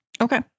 Okay